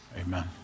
Amen